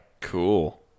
Cool